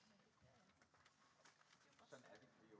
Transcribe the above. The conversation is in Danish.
Tak